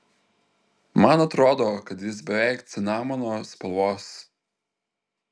man atrodo kad jis beveik cinamono spalvos